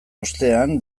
ostean